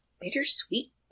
bittersweet